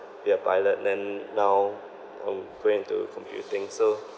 be a pilot then now I'm going into computing so